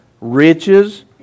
riches